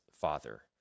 father